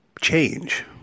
change